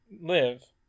live